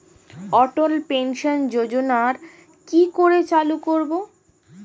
অটল pension যোজনার কি করে চালু করব?